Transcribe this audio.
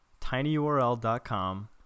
tinyurl.com